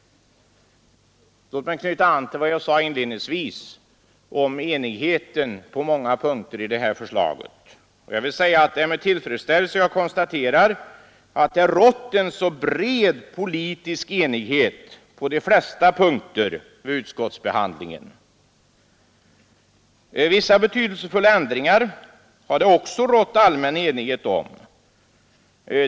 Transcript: Låt mig knyta an till det som jag inledningsvis sade om enigheten på många punkter i det förslag som nu behandlas. Det är med tillfredsställelse jag konstaterar att det rått en så bred politisk enighet på de flesta punkter vid utskottsbehandlingen. Vissa betydelsefulla ändringar har det också rått allmän enighet om.